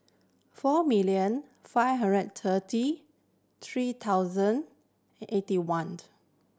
four million five hundred thirty three thousand eighty one